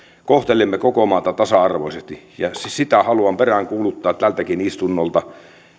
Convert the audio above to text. kohtelemme koko maata tasa arvoisesti ja sitä haluan peräänkuuluttaa tältäkin istunnolta